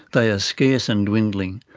they are scarce and dwindling.